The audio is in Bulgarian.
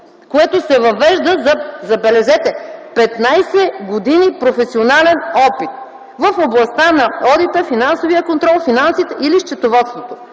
което се въвежда, забележете – за 15 години професионален опит в областта на одита, финансовия контрол, финансите или счетоводството